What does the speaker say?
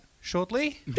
shortly